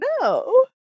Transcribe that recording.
no